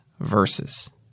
verses